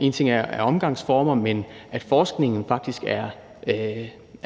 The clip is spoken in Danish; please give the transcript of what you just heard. ene ting, men også at forskningen faktisk er